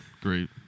great